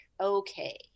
okay